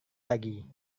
lagi